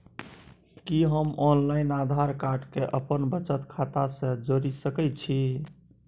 कि हम online Aadhaar card के अपन बचत खाता से जोरि सकै छी?